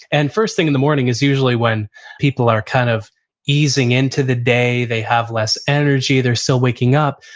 and first thing in the morning is usually usually when people are kind of easing into the day, they have less energy, they're still waking up.